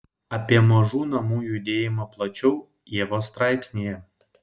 apie mažų namų judėjimą plačiau ievos straipsnyje